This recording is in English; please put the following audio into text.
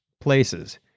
places